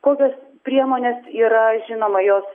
kokios priemonės yra žinoma jos